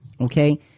Okay